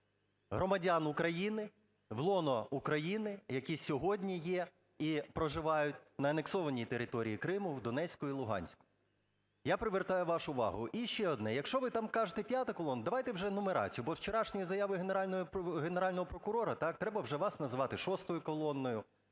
громадян України в лоно України, які сьогодні є і проживають на анексованій території Криму, в Донецьку і Луганську. Я привертаю вашу увагу. І ще одне. Якщо ви там кажете "п'ята колона", давайте вже нумерацію. Бо з вчорашньої заяви Генерального прокурора, так, треба вже вас називати "шостою колоною",